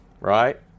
right